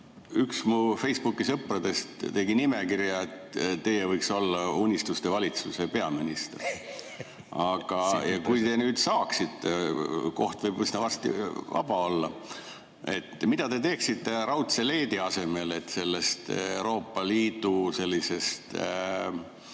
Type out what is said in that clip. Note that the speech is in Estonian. üks mu Facebooki sõpradest tegi nimekirja, et teie võiks olla unistuste valitsuse peaminister. Kui te seda saaksite – koht võib üsna varsti vaba olla –, mida te siis teeksite raudse leedi asemel, et sellest Euroopa Liidu liidri